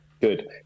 good